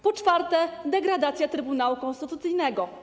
Po czwarte, degradacja Trybunału Konstytucyjnego.